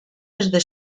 desde